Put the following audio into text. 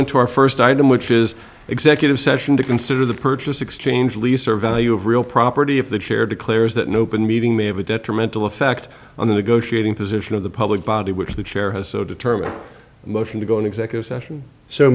into our first item which is executive session to consider the purchase exchange lease or value of real property if the share declares that nope and meeting may have a detrimental effect on the negotiating position of the public body which the chair has so determined motion to go in executive session so